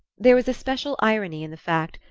there was a special irony in the fact,